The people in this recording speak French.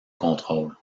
contrôle